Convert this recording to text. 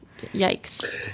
Yikes